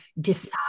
decide